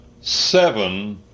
seven